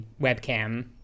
webcam